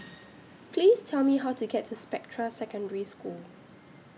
Please Tell Me How to get to Spectra Secondary School